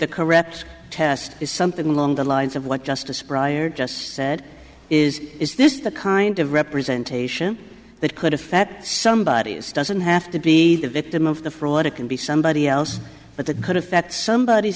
correct test is something along the lines of what justice pryor just said is is this the kind of representation that could affect somebody doesn't have to be the victim of the fraud it can be somebody else but that could affect somebody